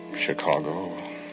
Chicago